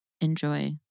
enjoy